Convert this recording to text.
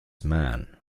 man